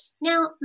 Now